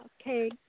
Okay